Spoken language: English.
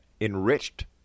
enriched